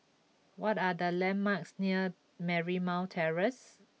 what are the landmarks near Marymount Terrace